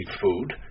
food